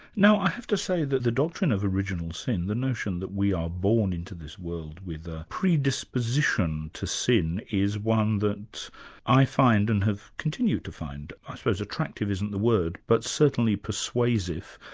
now i have to say that the doctrine of original sin, the notion that we are born into this world with a predisposition to sin is one that i find and have continued to find. i suppose attractive isn't the word, but certainly persuasive.